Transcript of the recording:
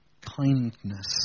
kindness